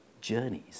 journeys